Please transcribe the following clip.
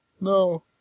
no